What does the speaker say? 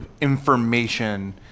information